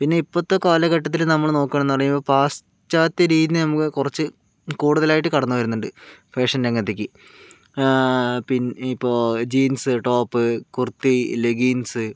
പിന്നെ ഇപ്പോഴത്തെ കാലഘട്ടത്തിൽ നമ്മൾ നോക്കുകയാണെന്ന് പറയുമ്പോൾ പാശ്ചാത്യ രീതിയെ നമുക്ക് കുറച്ച് കൂടുതലായിട്ട് കടന്നു വരുന്നുണ്ട് ഫേഷൻ രംഗത്തേയ്ക്ക് പിൻ ഇപ്പോൾ ജീൻസ്സ് ടോപ്പ് കുർത്തി ലെഗ്ഗീൻസ്